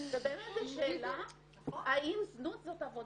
ובאמת זו שאלה, האם זנות זו עבודה.